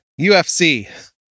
UFC